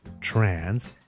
trans